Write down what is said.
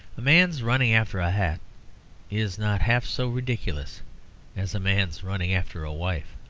a man running after a hat is not half so ridiculous as a man running after a wife.